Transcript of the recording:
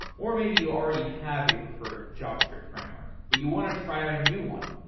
or maybe you already have a preferred javascript framework, but you want to try out a new one.